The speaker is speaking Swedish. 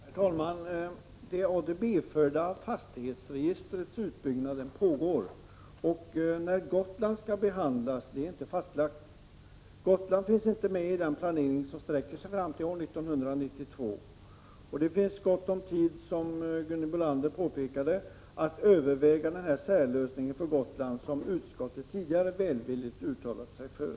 Herr talman! Det ADB-förda fastighetsregistrets utbyggnad pågår. När Gotland skall behandlas är inte fastlagt. Gotland finns inte med i den planering som sträcker sig fram till år 1992. Det finns gott om tid, som Gunhild Bolander påpekade, att överväga den särlösning för Gotland som utskottet tidigare välvilligt uttalat sig för.